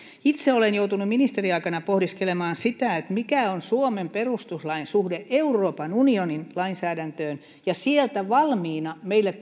itse olen joutunut ministeriaikanani pohdiskelemaan sitä mikä on suomen perustuslain suhde euroopan unionin lainsäädäntöön ja sieltä meille valmiina